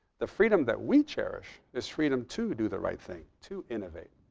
the freedom that we cherish is freedom to do the right thing, to innovate,